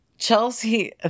Chelsea